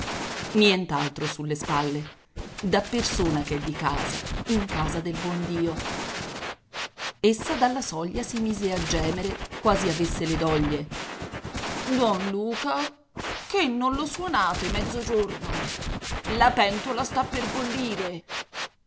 nient'altro sulle spalle da persona ch'è di casa in casa del buon dio essa dalla soglia si mise a gemere quasi avesse le doglie don luca che non lo suonate mezzogiorno la pentola sta per bollire